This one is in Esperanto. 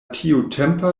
tiutempa